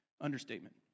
Understatement